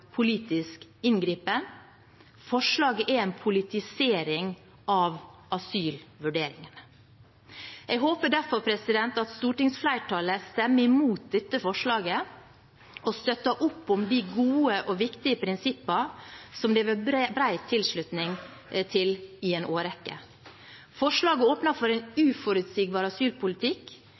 politisk inngripen. Forslaget er en politisering av asylvurderingene. Jeg håper derfor at stortingsflertallet stemmer imot dette forslaget og støtter opp om de gode og viktige prinsippene som det har vært bred tilslutning til i en årrekke. Forslaget åpner for en uforutsigbar asylpolitikk,